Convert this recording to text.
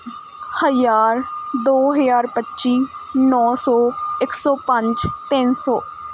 ਹਜ਼ਾਰ ਦੋ ਹਜ਼ਾਰ ਪੱਚੀ ਨੌ ਸੌ ਇੱਕ ਸੌ ਪੰਜ ਤਿੰਨ ਸੌ